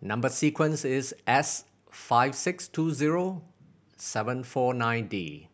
number sequence is S five six two zero seven four nine D